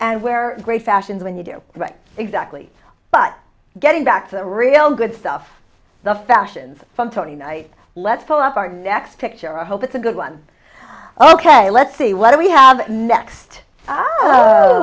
and where great fashions when you do the right exactly but getting back to a real good stuff the fashions from tony night let's pull up our next picture i hope it's a good one ok let's see what do we have next oh